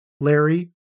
Larry